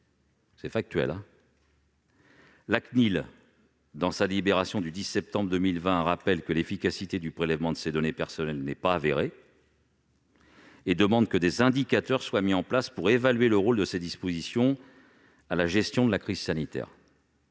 C'est factuel ! La CNIL, dans sa délibération du 10 septembre 2020, rappelle que l'efficacité du prélèvement de ces données personnelles n'est pas avérée et demande que des indicateurs soient mis en place pour évaluer le rôle de ces dispositions dans la gestion de la crise sanitaire.